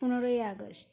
পনেরোই আগস্ট